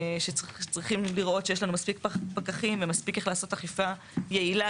שצריכים לראות שיש מספיק פקחים ומספיק איך לעשות אכיפה יעילה,